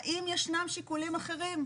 האם ישנם שיקולים אחרים,